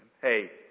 Hey